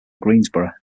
greensboro